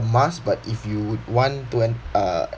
must but if you would want to and uh